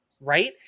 right